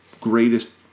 greatest